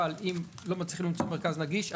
אבל אם לא מצליחים למצוא מרכז נגיש,